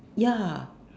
ya